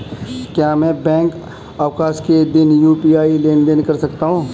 क्या मैं बैंक अवकाश के दिन यू.पी.आई लेनदेन कर सकता हूँ?